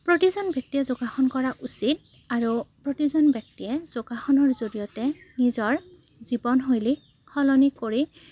প্ৰতিজন ব্যক্তিয়ে যোগাসন কৰা উচিত আৰু প্ৰতিজন ব্যক্তিয়ে যোগাসনৰ জৰিয়তে নিজৰ জীৱনশৈলীক সলনি কৰি